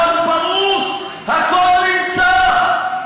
הכול פרוץ, הכול נמצא.